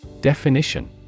Definition